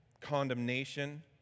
condemnation